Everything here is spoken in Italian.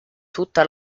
tutta